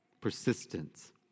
persistence